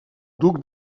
duc